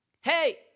Hey